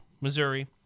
missouri